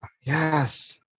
Yes